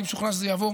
אני משוכנע שזה יעבור